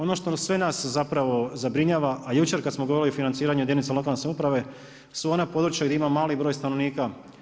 Ono što sve nas zapravo zabrinjava, a jučer kad smo gledali financiranje jedinica lokalne samouprave su ona područja gdje ima mali broj stanovnika.